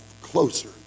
closer